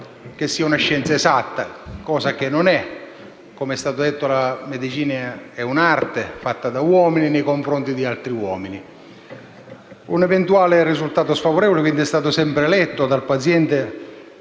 una scienza esatta, cosa che non è: come è stato detto, la medicina è un'arte praticata da uomini nei confronti di altri uomini. Un eventuale risultato sfavorevole è sempre stato quindi letto dal paziente